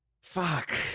Fuck